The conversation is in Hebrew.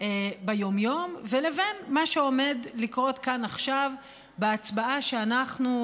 ביום-יום ובין מה שעומד לקרות כאן עכשיו בהצבעה שאנחנו,